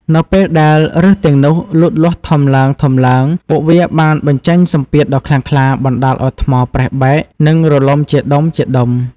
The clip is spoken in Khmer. នៅពេលដែលឬសទាំងនោះលូតលាស់ធំឡើងៗ ពួកវាបានបញ្ចេញសម្ពាធដ៏ខ្លាំងក្លា បណ្ដាលឱ្យថ្មប្រេះបែក និងរលំជាដុំៗ។